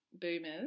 boomers